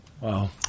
wow